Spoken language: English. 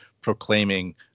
proclaiming